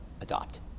adopt